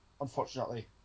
Unfortunately